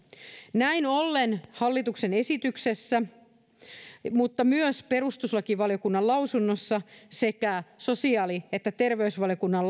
näin ollen hallituksen esityksessä mutta myös perustuslakivaliokunnan lausunnossa sekä sosiaali ja terveysvaliokunnan